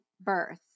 birth